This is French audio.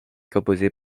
composée